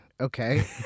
Okay